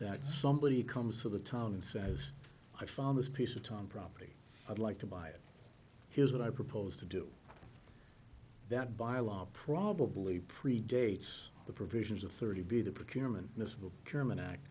that somebody comes to the town and says i found this piece of time property i'd like to buy it here's what i propose to do that by law probably predates the provisions of thirty